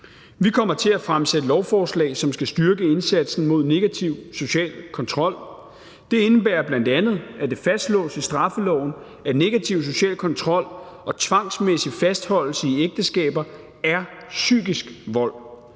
Vi kommer til at fremsætte lovforslag, som skal styrke indsatsen mod negativ social kontrol. Det indebærer bl.a., at det fastslås i straffeloven, at negativ social kontrol og tvangsmæssig fastholdelse i ægteskaber er psykisk vold,